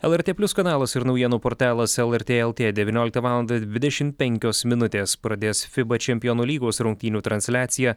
lrt plius kanalas ir naujienų portalas lrt lt devynioliktą valandą dvidešim penkios minutės pradės fiba čempionų lygos rungtynių transliaciją